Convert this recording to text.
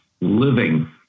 living